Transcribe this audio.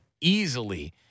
easily